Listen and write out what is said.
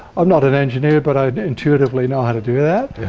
i'm not an engineer but i intuitively know how to do that.